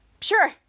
sure